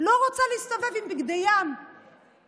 לא רוצה להסתובב עם בגדי ים בפרהסיה.